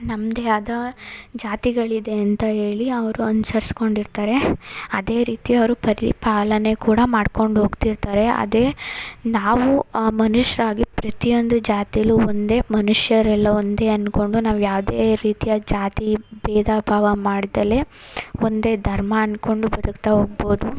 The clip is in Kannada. ನಮ್ಮದೇ ಆದ ಜಾತಿಗಳಿದೆ ಅಂತ ಹೇಳಿ ಅವರು ಅನ್ಸಿರ್ಸ್ಕೊಂಡಿರ್ತಾರೆ ಅದೇ ರೀತಿ ಅವರು ಪರಿಪಾಲನೆ ಕೂಡ ಮಾಡ್ಕೊಂಡು ಹೋಗ್ತಿರ್ತಾರೆ ಅದೇ ನಾವು ಮನುಷ್ಯರಾಗಿ ಪ್ರತಿಯೊಂದು ಜಾತಿಲೂ ಒಂದೇ ಮನುಷ್ಯರೆಲ್ಲ ಒಂದೇ ಅಂದ್ಕೊಂಡು ನಾವು ಯಾವುದೇ ರೀತಿಯ ಜಾತಿ ಭೇದ ಭಾವ ಮಾಡದಲೇ ಒಂದೇ ಧರ್ಮ ಅಂದ್ಕೊಂಡು ಬದುಕ್ತಾ ಹೋಗ್ಬೋದು